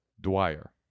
dwyer